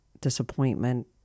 disappointment